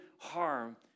harm